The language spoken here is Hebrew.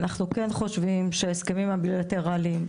אנחנו כן חושבים שההסכמים הבילטרליים,